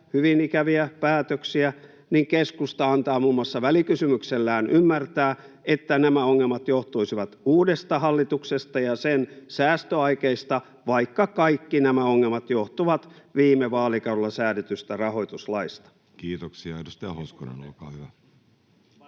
hyvin ikäviä päätöksiä, niin keskusta antaa muun muassa välikysymyksellään ymmärtää, että nämä ongelmat johtuisivat uudesta hallituksesta ja sen säästöaikeista, vaikka kaikki nämä ongelmat johtuvat viime vaalikaudella säädetystä rahoituslaista. Kiitoksia. — Edustaja Hoskonen, olkaa hyvä.